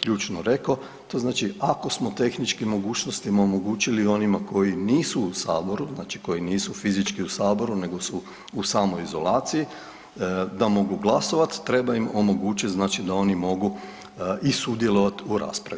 ključno rekao, to znači ako smo tehničkim mogućnostima omogućili onima koji nisu u Saboru, znači koji nisu fizički u Saboru nego su u samoizolaciji da mogu glasovat, treba im omogućiti da oni mogu i sudjelovati u raspravi.